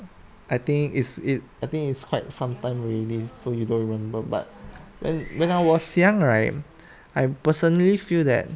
I think is it I think it's quite sometime already so you don't remember but then when I was young right I personally feel that